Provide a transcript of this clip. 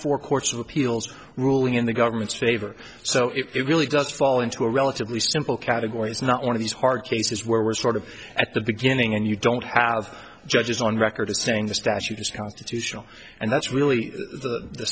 for courts of appeals ruling in the government's favor so it really does fall into a relatively simple category it's not one of these hard cases where we're sort of at the beginning and you don't have judges on record as saying the statute is constitutional and that's really the